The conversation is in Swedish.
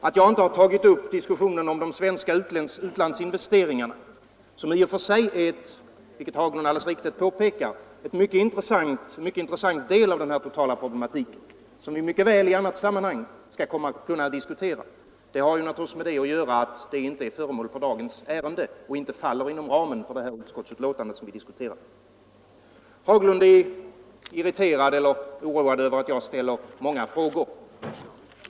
Att jag inte har tagit upp diskussionen om de svenska utlandsinvesteringarna som i och för sig är, vilket herr Haglund mycket riktigt påpekar, en mycket intressant del av den totala problematiken och som vi mycket väl i ett annat sammanhang kan diskutera, har naturligtvis samband med att det inte faller inom ramen för det utskottsbetänkande som vi nu debatterar. Herr Haglund är irriterad över att jag ställer många frågor.